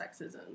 sexism